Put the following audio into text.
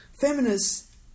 Feminists